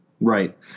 Right